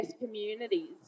communities